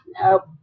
Nope